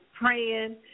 praying